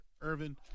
Irvin